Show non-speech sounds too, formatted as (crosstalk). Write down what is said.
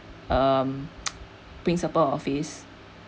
um (noise) principal office